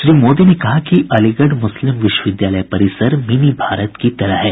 श्री मोदी ने कहा कि अलीगढ मुस्लिम विश्वविद्यालय परिसर मिनी भारत की तरह है